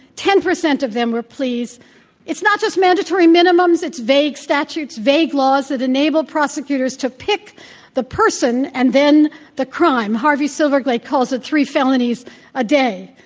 ten percent of them were pleas plainly not just mandatory minimums. it's vague statutes, vague laws that enable prosecutors to pick the person and then the crime. harvey silverglate calls it three felonies a day,